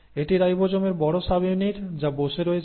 এটি রাইবোজোমের বড় সাবইউনিট যা বসে রয়েছে